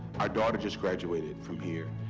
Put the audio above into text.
our daughter just graduated from here.